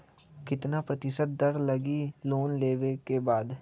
कितना प्रतिशत दर लगी लोन लेबे के बाद?